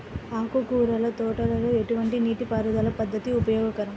ఆకుకూరల తోటలలో ఎటువంటి నీటిపారుదల పద్దతి ఉపయోగకరం?